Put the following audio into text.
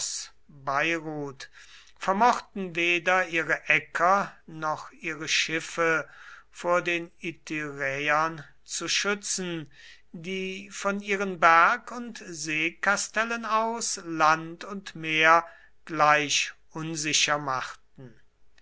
vermochten weder ihre äcker noch ihre schiffe vor den ityräern zu schützen die von ihren berg und seekastellen aus land und meer gleich unsicher machten